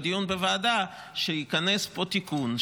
בדיון בוועדה שייכנס פה תיקון,